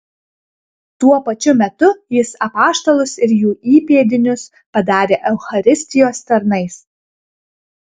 tuo pačiu metu jis apaštalus ir jų įpėdinius padarė eucharistijos tarnais